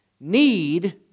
Need